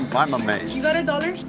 i'm amazed you got a dollar?